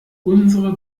unsere